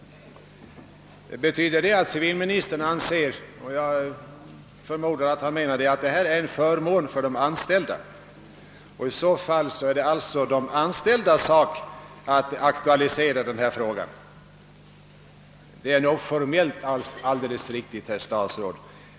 Betyder detta att civilministern anser att undantagen är en förmån för de anställda? Jag förmodar att han menar det. I så fall skulle det vara de anställdas sak att aktualisera denna fråga. Detta är nog formellt riktigt, herr statsråd.